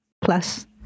plus